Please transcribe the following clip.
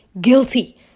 guilty